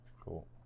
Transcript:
Cool